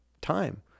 time